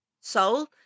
soul